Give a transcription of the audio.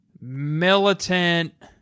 militant